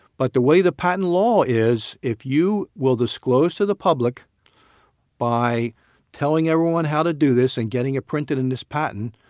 but the way the patent law is, if you will disclose to the public by telling everyone how to do this and getting it printed in this patent,